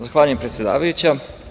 Zahvaljujem predsedavajuća.